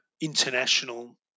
international –